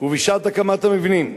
ובשעת הקמת המבנים,